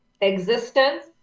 existence